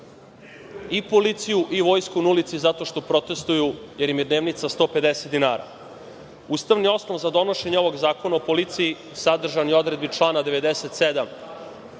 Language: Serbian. i policiju i vojsku na ulici, zato što protestuju jer im je dnevnica 150 dinara. Ustavni osnov za donošenje ovog Zakona o policiji sadržan je u odredbi člana 97.